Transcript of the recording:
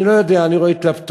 אני לא יודע, אני רואה התלבטויות.